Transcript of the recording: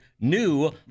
New